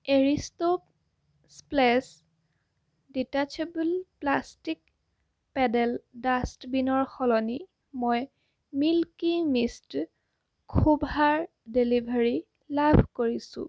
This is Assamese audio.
Aristo splash detachable plastic pedal ডাষ্টবিনৰ সলনি মই মিল্কী মিষ্ট খোভাৰ ডেলিভাৰী লাভ কৰিছোঁ